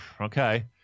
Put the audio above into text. okay